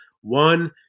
One